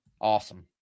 awesome